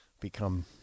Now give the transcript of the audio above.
become